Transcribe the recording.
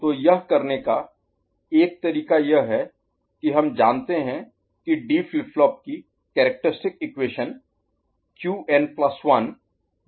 तो यह करने का एक तरीका यह है कि हम जानते हैं कि डी फ्लिप फ्लॉप की characteristic equation Qn plus 1 Qn1 D के बराबर है